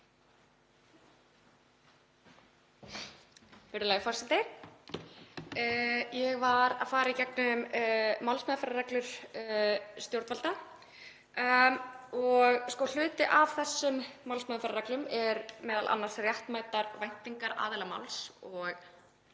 Virðulegi forseti. Ég var að fara í gegnum málsmeðferðarreglur stjórnvalda. Hluti af þessum málsmeðferðarreglum eru m.a. réttmætar væntingar aðila máls.